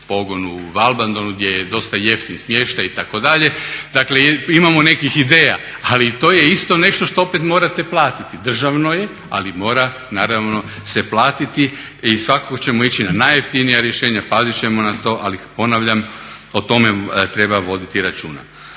pogon u Valbandonu, gdje je dosta jeftin smještaj itd. Dakle, imamo nekih ideja, ali to je isto nešto što opet morate platiti. Državno je, ali mora naravno se platiti. I svakako ćemo ići na najjeftinija rješenja, pazit ćemo na to. Ali ponavljam o tome treba voditi računa.